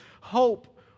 hope